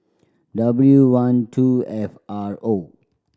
W one two F R O